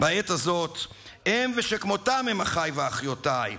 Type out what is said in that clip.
הם ושכמותם הם אחיי ואחיותיי,